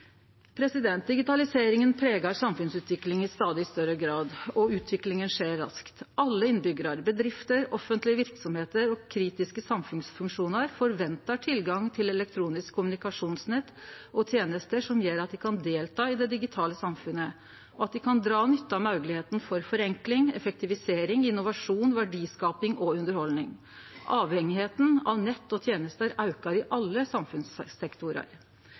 Digitaliseringa pregar samfunnsutviklinga i stadig større grad, og utviklinga skjer raskt. Alle innbyggjararar, bedrifter, offentlege verksemder og kritiske samfunnsfunksjonar forventar tilgang til elektronisk kommunikasjonsnett og tenester som gjer at dei kan delta i det digitale samfunnet, og at dei kan dra nytte av moglegheitene for forenkling, effektivisering, innovasjon, verdiskaping og underhaldning. Avhengigheita av nett og tenester aukar i alle